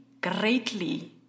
greatly